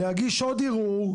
להגיש עוד ערעור,